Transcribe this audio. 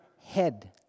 head